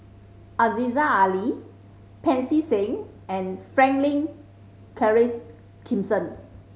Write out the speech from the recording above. Aziza Ali Pancy Seng and Franklin Charles Gimson